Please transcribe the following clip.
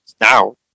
now